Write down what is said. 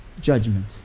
judgment